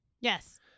Yes